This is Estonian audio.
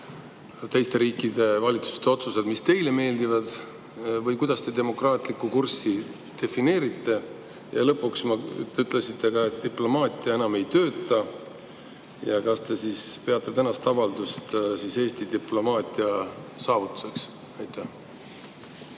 teiste riikide valitsuste otsused, mis teile meeldivad, või kuidas te demokraatlikku kurssi defineerite. Ja lõpuks, te ütlesite ka, et diplomaatia enam ei tööta. Kas te peate seda avaldust Eesti diplomaatia saavutuseks?